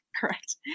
Correct